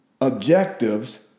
objectives